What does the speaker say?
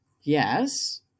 Yes